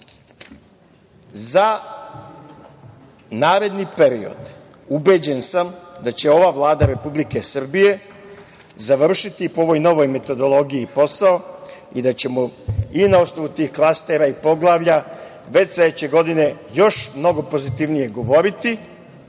za naredni period ubeđen sam da će ova Vlada Republike Srbije završiti po ovoj novoj metodologiji posao i da ćemo i na osnovu tih klastera i poglavlja, već sledeće godine još mnogo pozitivnije govoriti